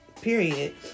period